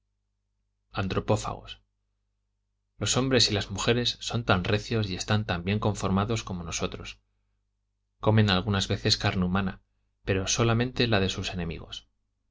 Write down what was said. antropófagos los hombres y las mujeres son tan recios y están tan bien conformados como nosotros comen algunas veces carne humana pero solamente la de sus enemigos